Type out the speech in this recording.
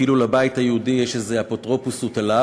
כאילו לבית היהודי יש איזו אפוטרופסות עליו.